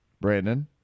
Brandon